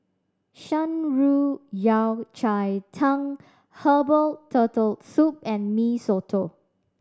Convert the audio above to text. Shan Rui Yao Cai Tang herbal Turtle Soup and Mee Soto